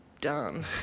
done